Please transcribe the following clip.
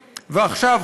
ואת הווד"לים השניים,